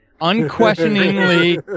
unquestioningly